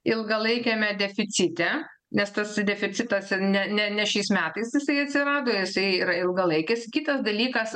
ilgalaikiame deficite nes tas deficitas ir ne ne ne šiais metais jisai atsirado jisai yra ilgalaikis kitas dalykas